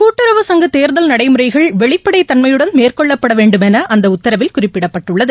கூட்டுறவு சங்க தேர்தல் நடைமுறைகள் வெளிப்படைத் தன்மையுடன் மேற்கொள்ளப்பட வேண்டும் என அந்த உத்தரவில் குறிப்பிடப்பட்டுள்ளது